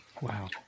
Wow